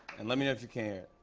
and let me know if you can